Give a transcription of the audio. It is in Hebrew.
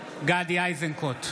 גדי איזנקוט,